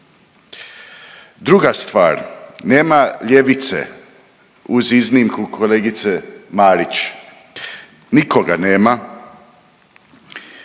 Druga stvar, nema ljevice uz iznimku kolegice Marić. Nikoga nema.